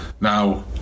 Now